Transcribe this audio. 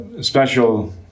special